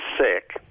sick